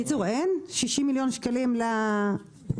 אין 60 מיליון שקלים ל-2022?